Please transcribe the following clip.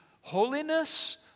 holiness